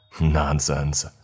Nonsense